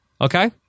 okay